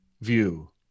view